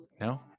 No